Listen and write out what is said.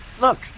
Look